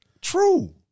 true